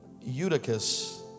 Eutychus